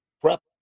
prep